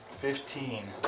fifteen